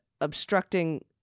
obstructing